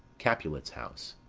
capulet's house.